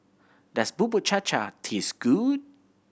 does Bubur Cha Cha taste good